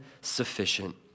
sufficient